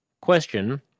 question